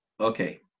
Okay